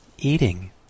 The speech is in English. Eating